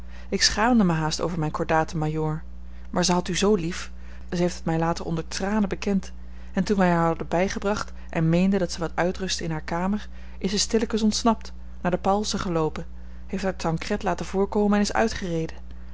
ik schaamde mij haast over mijn cordaten majoor maar zij had u zoo lief ze heeft het mij later onder tranen bekend en toen wij haar hadden bijgebracht en meenden dat zij wat uitrustte in hare kamer is ze stillekens ontsnapt naar de pauwelsen geloopen heeft haar tancred laten voorkomen en is uitgereden